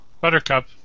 Buttercup